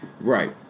Right